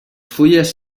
fulles